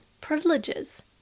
privileges